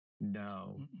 No